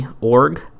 org